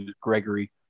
Gregory